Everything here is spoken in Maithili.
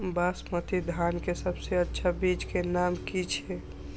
बासमती धान के सबसे अच्छा बीज के नाम की छे?